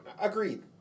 agreed